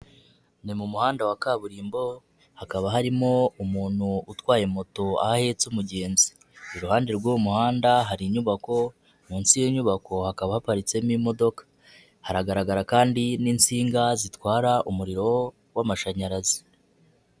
Ni mu muhanda wa kaburimbo, hakaba harimo umuntu utwaye moto aho ahetse umugenzi, iruhande rw'uwo muhanda hari inyubako, munsi y'iyo nyubako hakaba haparitsemo imodoka, haragaragara kandi n'insinga zitwara umuriro w'amashanyarazi.